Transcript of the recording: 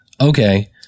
Okay